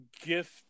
gift